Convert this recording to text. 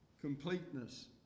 completeness